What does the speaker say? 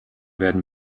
werden